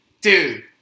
Dude